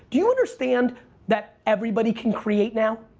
do you understand that everybody can create now?